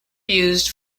used